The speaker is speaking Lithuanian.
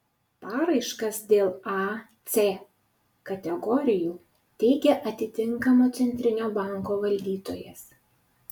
paraiškas dėl a c kategorijų teikia atitinkamo centrinio banko valdytojas